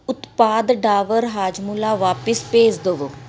ਉਤਪਾਦ ਡਾਬਰ ਹਾਜਮੌਲਾ ਵਾਪਸ ਭੇਜ ਦੇਵੋ